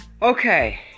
Okay